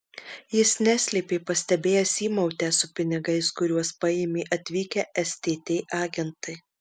jis neslėpė pastebėjęs įmautę su pinigais kuriuos paėmė atvykę stt agentai